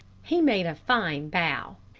he made a fine bow,